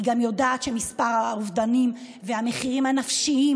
היא גם יודעת שמספר האובדניים והמחירים הנפשיים